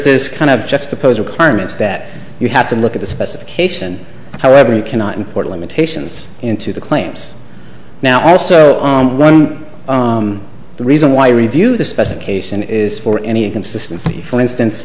this kind of juxtapose requirements that you have to look at the specification however you cannot import limitations into the claims now also on the reason why review the specification is for any consistency for instance